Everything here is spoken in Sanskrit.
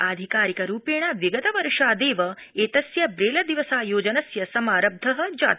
अधिकारिकरूपेण विगत वर्षादेव एतस्य ब्रेलदिवसायोजनस्य समारब्ध जात